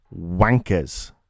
wankers